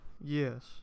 Yes